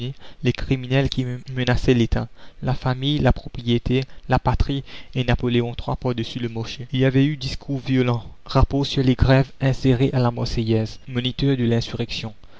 les criminels qui menaçaient l'état la famille la propriété la patrie et napoléon iii par dessus le marché il y avait eu discours violents rapports sur les grèves insérés à la marseillaise moniteur de l'insurrection